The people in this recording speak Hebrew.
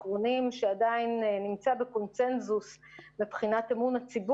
שקלים כאלה ואחרים שמוקצים לדבר הזה,